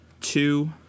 two